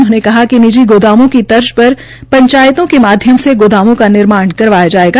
उन्होंने कहा कि निजी गोदामों की तर्ज पर योजनाओं के माध्यम से गोदामों का निर्माण करवाया जायेग